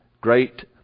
great